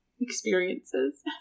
experiences